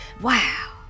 Wow